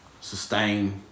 sustain